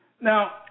Now